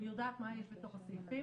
אני יודעת מה יש בתוך הסעיפים.